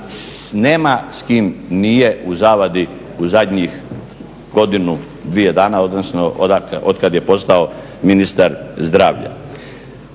nema s kim nije u zavadi u zadnjih godinu, dvije dana odnosno od kada je postao ministar zdravlja.